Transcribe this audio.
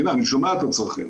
הנה, אני שומע את הצרכים.